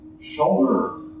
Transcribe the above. shoulder